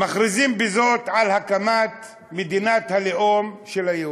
מכריזים בזאת על הקמת מדינת הלאום של היהודים.